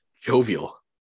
Jovial